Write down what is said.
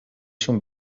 شون